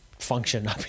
function